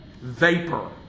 Vapor